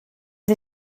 sie